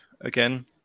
again